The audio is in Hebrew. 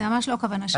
זה ממש לא הכוונה שלי.